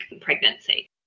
pregnancy